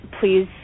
please